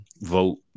vote